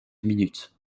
minutes